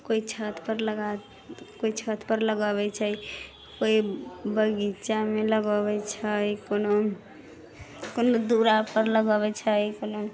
कोइ छतपर लगाते कोइ छतपर लगबै छै कोइ बगीचामे लगबै छै कोनो कोनो दूरापर लगबै छै कोनो कोनो